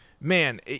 man